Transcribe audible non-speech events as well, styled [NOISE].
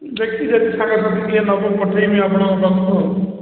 ଦେଖି [UNINTELLIGIBLE] କିଏ ନେବ ପଠେଇମି ଆପଣଙ୍କ ପାଖକୁ ଆଉ